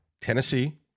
Tennessee